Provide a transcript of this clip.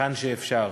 היכן שאפשר.